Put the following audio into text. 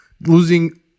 Losing